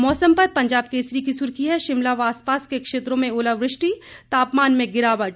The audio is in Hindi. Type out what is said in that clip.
मौसम पर पंजाब केसरी की सुर्खी है शिमला व आसपास के क्षेत्रों में ओलावृष्टि तापमान में गिरावट